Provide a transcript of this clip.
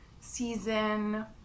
season